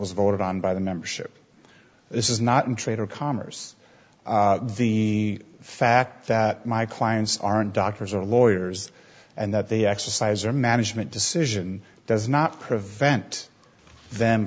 was voted on by the membership this is not in trade or commerce the fact that my clients aren't doctors or lawyers and that they exercise or management decision does not prevent them